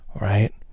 right